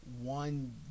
One